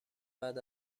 بعد